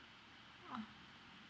oh